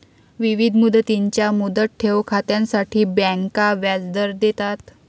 विविध मुदतींच्या मुदत ठेव खात्यांसाठी बँका व्याजदर देतात